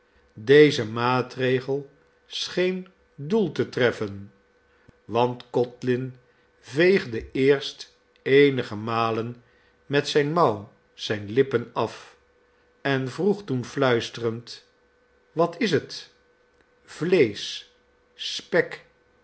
deze maatregel scheen doel te treffen want codlin veegde eerst eenige malen met zijne mouw zijne lippen af en vroeg toen fluisterend wat is het vleesch spek